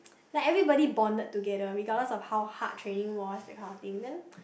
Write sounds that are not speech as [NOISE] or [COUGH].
like everybody bonded together regardless of how hard training was that kind of thing then [BREATH]